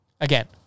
Again